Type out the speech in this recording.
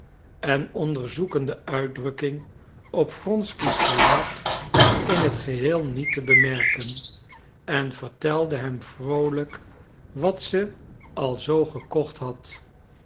en onderzoekende uitdrukking op wronsky's gelaat in t geheel niet te bemerken en vertelde hem vroolijk wat ze al zoo gekocht had